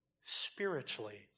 spiritually